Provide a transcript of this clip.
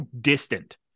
distant